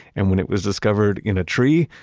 and when it was discovered in a tree,